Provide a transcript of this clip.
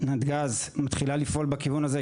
נתג"ז מתחילה לפעול בכיוון הזה,